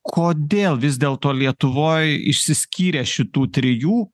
kodėl vis dėlto lietuvoj išsiskyrė šitų trijų